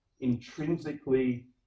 intrinsically